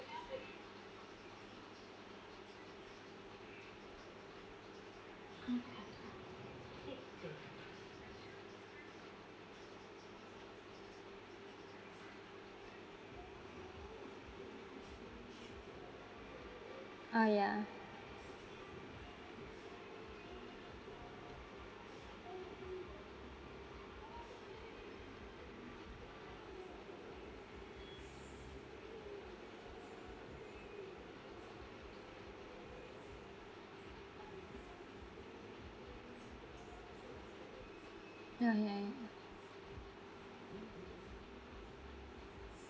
mm oh ya ya ya ya ya